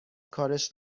کارش